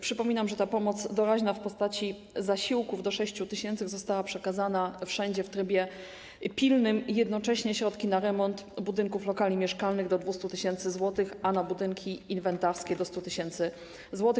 Przypominam, że ta pomoc doraźna w postaci zasiłków do 6 tys. została przekazana wszędzie w trybie pilnym, a jednocześnie środki na remont budynków, lokali mieszkalnych - do 200 tys., a na budynki inwentarskie - do 100 tys. zł.